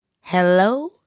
Hello